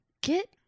get